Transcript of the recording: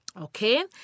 Okay